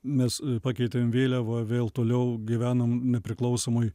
mes pakeitėm vėliavą vėl toliau gyvenam nepriklausomoj